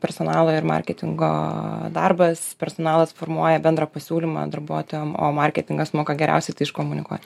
personalo ir marketingo darbas personalas formuoja bendrą pasiūlymą darbuotojam o marketingas moka geriausiai tai iškomunikuot